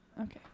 Okay